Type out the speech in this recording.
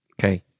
Okay